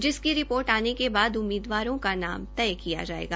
जिसकी रिपोर्ट आने के बाद उम्मीदवारों का नाम तय किया जायेगा